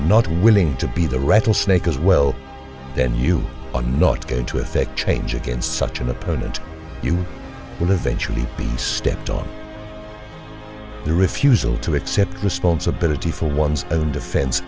not willing to be the rattlesnake as well then you are not going to affect change against such an opponent you will eventually be stepped on the refusal to accept responsibility for one's own defen